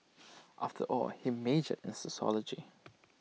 after all he majored in sociology